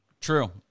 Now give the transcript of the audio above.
True